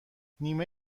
نیمه